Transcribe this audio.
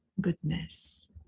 goodness